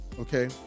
okay